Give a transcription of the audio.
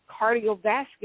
cardiovascular